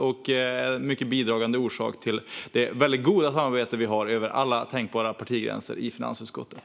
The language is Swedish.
Hon är en mycket bidragande orsak till det väldigt goda samarbete vi har över alla tänkbara partigränser i finansutskottet.